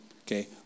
okay